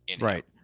Right